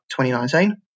2019